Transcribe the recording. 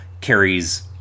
carries